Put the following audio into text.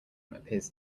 appears